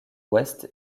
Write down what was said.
ouest